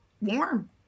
warm